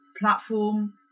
platform